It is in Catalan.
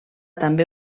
també